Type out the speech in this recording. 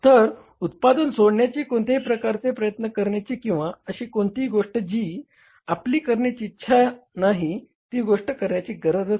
तर उत्पादन सोडण्याची कोणत्याही प्रकारचे प्रयत्न करण्याची किंवा अशी कोणतीही गोष्ट जी आपली करण्याची इच्छा नाही ती गोष्ट करण्याची गरज नाही